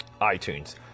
iTunes